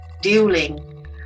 Dealing